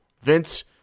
Vince